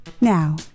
Now